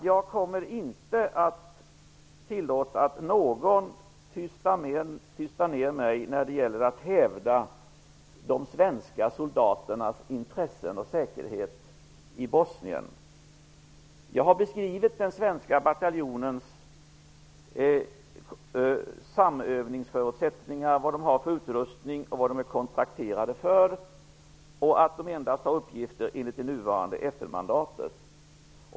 Jag kommer inte att tillåta att någon tystar ner mig när det gäller att hävda de svenska soldaternas intressen och säkerhet i Bosnien. Jag har beskrivit den svenska bataljonens samövningsförutsättningar, vad man har för utrustning, vad man är kontrakterad för och att man endast har uppgifter enligt det nuvarande FN-mandatet.